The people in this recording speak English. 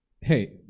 Hey